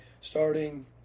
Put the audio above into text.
starting